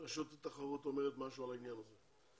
רשות התחרות אומרת משהו על העניין הזה.